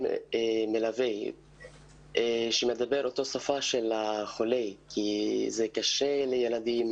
מלווה שמדבר אותה שפה של החולה כי זה קשה לילדים